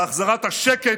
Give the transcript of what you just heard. בהחזרת השקט,